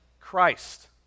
Christ